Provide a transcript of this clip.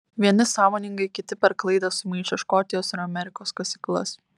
vieni sąmoningai kiti per klaidą sumaišę škotijos ir amerikos kasyklas